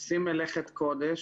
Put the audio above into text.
עושים מלאכת קודש,